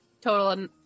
Total